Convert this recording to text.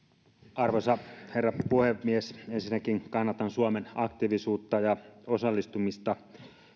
arvoisa herra puhemies ensinnäkin kannatan suomen aktiivisuutta ja osallistumista